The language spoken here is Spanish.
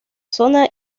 zona